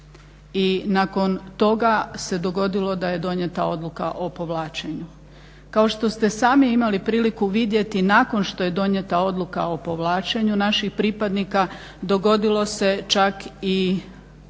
i nakon toga se dogodilo da je donijeta odluka o povlačenju. Kao što ste sami imali priliku vidjeti nakon što je donijeta odluka o povlačenju naših pripadnika dogodilo se čak i